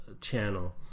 channel